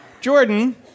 Jordan